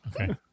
Okay